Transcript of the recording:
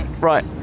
right